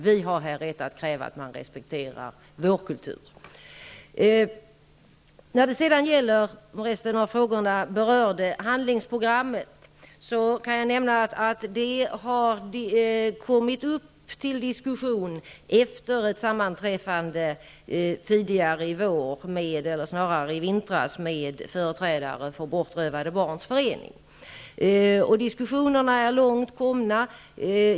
Vi har här rätt att kräva att vår kultur respekteras. Också handlingsprogrammet berördes i de kompletterande frågorna. Jag kan nämna att det har kommit upp till diskussion efter ett sammanträffande i vintras med företrädare för Bortrövade barns förening. Diskussionerna är långt komna.